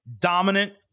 dominant